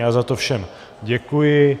Já za to všem děkuji.